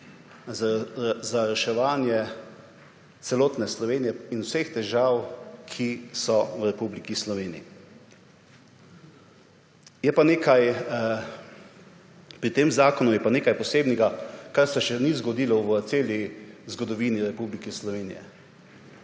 reševanje celotne Slovenije in vseh težav, ki so v Republiki Sloveniji. Pri tem zakonu je pa nekaj posebnega, kar se še ni zgodilo v celi zgodovini Republike Slovenije.